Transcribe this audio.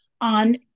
on